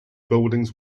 buildings